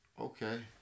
okay